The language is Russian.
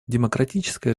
демократическая